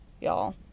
y'all